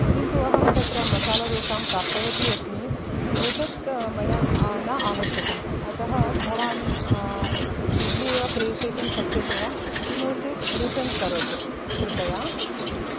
किन्तु अहं तत्र मसालाडोसां प्राप्तवती अस्मि एतत् मया न आवश्यकम् अतः भवान् इड्लि एव प्रेषयितुं शक्यते वा नो चेत् रिफण्ड् करोतु कृपया